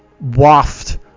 waft